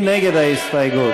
מי נגד ההסתייגות?